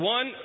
One